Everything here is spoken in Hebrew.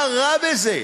מה רע בזה?